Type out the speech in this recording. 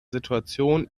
situation